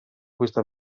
questa